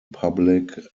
public